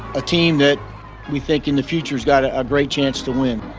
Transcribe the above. a team that we think in the future has got ah a great chance to win.